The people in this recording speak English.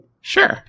Sure